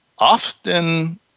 Often